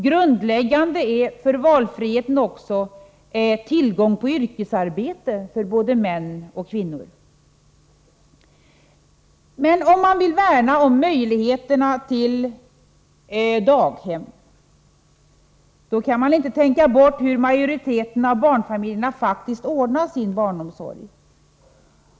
Grundläggande för en valfrihet är självfallet tillgång på yrkesarbete för både män och kvinnor. Om man vill värna möjligheterna till daghem, kan man inte tänka bort hur majoriteten av barnfamiljerna faktiskt ordnar sin barnomsorg.